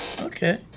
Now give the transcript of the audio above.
Okay